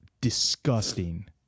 disgusting